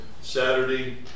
Saturday